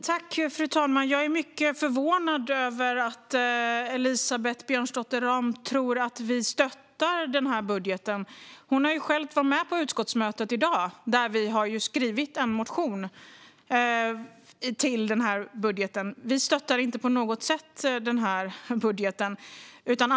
Fru talman! Jag är mycket förvånad över att Elisabeth Björnsdotter Rahm tror att vi stöttar den här budgeten. Hon har ju själv varit med på utskottsmötet i dag. Vi har skrivit en motion med anledning av denna budget. Vi stöttar inte på något sätt den budgeten.